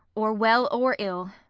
or well or ill,